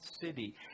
city